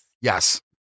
yes